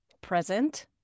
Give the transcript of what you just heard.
present